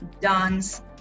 dance